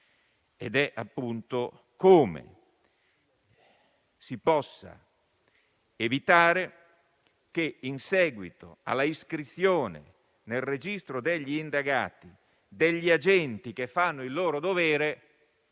ed è appunto come si possa evitare che l'iscrizione nel registro degli indagati degli agenti che fanno il loro dovere